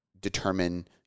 determine